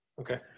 Okay